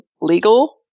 legal